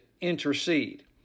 intercede